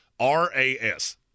RAS